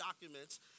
documents